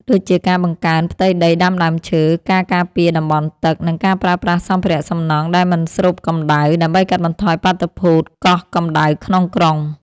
ដូចជាការបង្កើនផ្ទៃដីដាំដើមឈើ ការការពារតំបន់ទឹក និងការប្រើប្រាស់សម្ភារៈសំណង់ដែលមិនស្រូបកម្ដៅ ដើម្បីកាត់បន្ថយបាតុភូតកោះកម្ដៅក្នុងក្រុង។